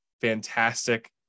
fantastic